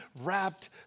wrapped